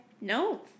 No